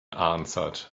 answered